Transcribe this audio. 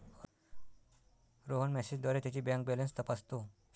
रोहन मेसेजद्वारे त्याची bank balance तपासतो